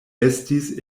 estis